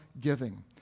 giving